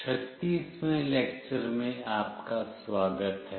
36वें lecture में आपका स्वागत है